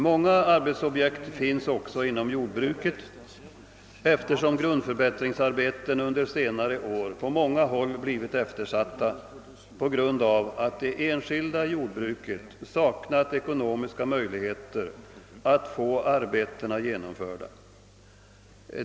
Många arbetsobjekt finns också inom jordbruket ef tersom grundförbättringsarbeten under senare år på många håll blivit eftersatta, på grund av att det enskilda jordbruket saknat ekonomiska möjligheter att få arbetena genomförda.